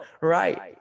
right